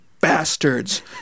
bastards